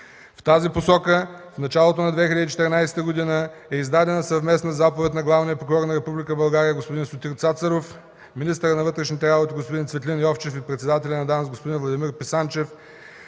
В тази посока в началото на 2014 г. е издадена съвместна заповед на Главния прокурор на Република България господин Сотир Цацаров, министъра на вътрешните работи господин Цветлин Йовчев и председателя на ДАНС господин Владимир Писанчев